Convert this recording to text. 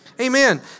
Amen